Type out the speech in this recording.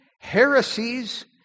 heresies